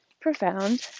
profound